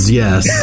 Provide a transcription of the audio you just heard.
yes